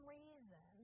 reason